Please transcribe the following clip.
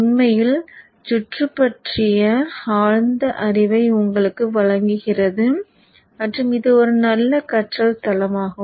உண்மையில் சுற்று பற்றிய ஆழ்ந்த அறிவை உங்களுக்கு வழங்குகிறது மற்றும் இது ஒரு நல்ல கற்றல் தளமாகும்